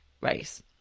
race